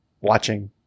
watching